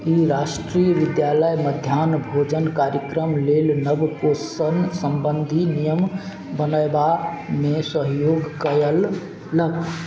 ई राष्ट्रीय विद्यालय मध्याह्न भोजन कार्यक्रम लेल नवपोषण सम्बन्धी नियम बनेबामे सहयोग कएलक